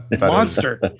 Monster